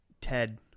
Ted